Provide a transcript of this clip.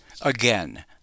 Again